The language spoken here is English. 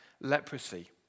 leprosy